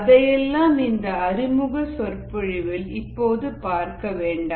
அதையெல்லாம் இந்த அறிமுக சொற்பொழிவில் இப்போது பார்க்க வேண்டாம்